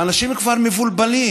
האנשים כבר מבולבלים.